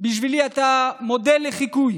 בשבילי אתה מודל לחיקוי